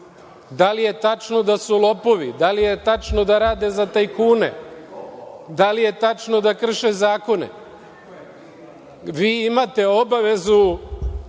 Da li je tačno da su lopovi? Da li je tačno da rade za tajkune? Da li je tačno da krše zakone? Vi imate obavezu